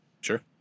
sure